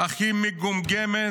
הכי מגומגמת,